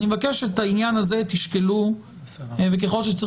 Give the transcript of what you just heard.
אני מבקש את העניין הזה תשקלו וככל שצריך